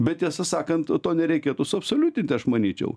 bet tiesą sakant to nereikėtų suabsoliutint aš manyčiau